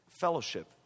fellowship